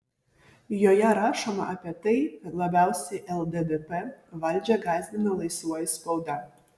joje rašoma apie tai kad labiausiai lddp valdžią gąsdina laisvoji spauda